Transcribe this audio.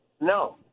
No